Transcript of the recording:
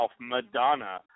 Madonna